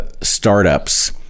startups